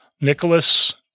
Nicholas